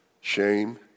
Shame